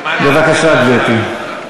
בבקשה, גברתי.